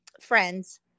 friends